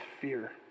fear